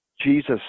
Jesus